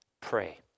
pray